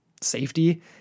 safety